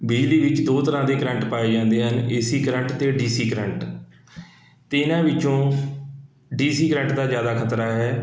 ਬਿਜਲੀ ਵਿੱਚ ਦੋ ਤਰ੍ਹਾਂ ਦੇ ਕਰੰਟ ਪਾਏ ਜਾਂਦੇ ਹਨ ਏ ਸੀ ਕਰੰਟ ਅਤੇ ਡੀ ਸੀ ਕਰੰਟ ਅਤੇ ਇਹਨਾਂ ਵਿੱਚੋਂ ਡੀ ਸੀ ਕਰੰਟ ਦਾ ਜ਼ਿਆਦਾ ਖਤਰਾ ਹੈ